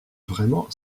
vraiment